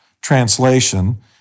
translation